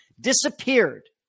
disappeared